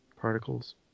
particles